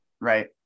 right